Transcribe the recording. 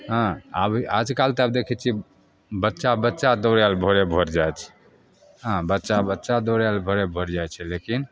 हँ अभी आजकल तऽ आब देखै छिए बच्चा बच्चा दौड़ैले भोरे भोर जाइ छै हँ बच्चा बच्चा दौड़ैले भोरे भोर जाइ छै लेकिन